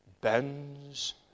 bends